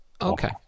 Okay